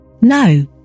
No